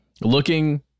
looking